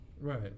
Right